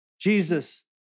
Jesus